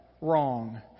wrong